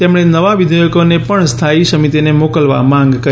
તેમણે નવા વિધેયકોને પણ સ્થાયી સમિતિને મોકલવા માંગ કરી